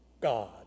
God